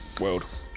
world